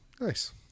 Nice